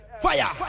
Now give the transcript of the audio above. fire